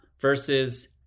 versus